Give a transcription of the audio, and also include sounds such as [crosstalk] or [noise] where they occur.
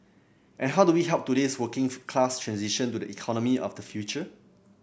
and how do we help today's working [unintelligible] class transition to the economy of the future